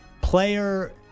Player